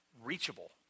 reachable